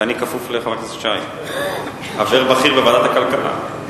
ואני כפוף לחבר הכנסת שי, חבר בכיר בוועדת הכלכלה.